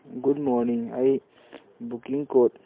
good morning ꯑꯩ booking code